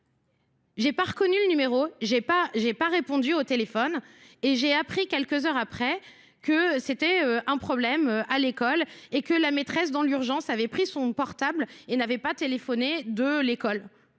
J'ai pas reconnu le numéro, j'ai pas répondu au téléphone et j'ai appris quelques heures après que c'était un problème à l'école et que la maîtresse dans l'urgence avait pris son portable et n'avait pas téléphoné de l'école.